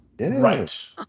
Right